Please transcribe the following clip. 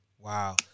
wow